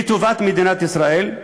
לטובת מדינת ישראל.